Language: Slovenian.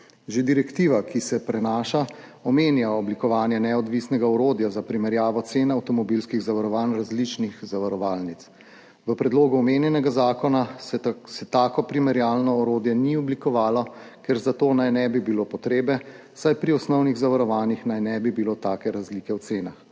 Že direktiva, ki se prenaša, omenja oblikovanje neodvisnega orodja za primerjavo cen avtomobilskih zavarovanj različnih zavarovalnic. V predlogu omenjenega zakona se tako primerjalno orodje ni oblikovalo, ker za to naj ne bi bilo potrebe, saj pri osnovnih zavarovanjih naj ne bi bilo take razlike v cenah.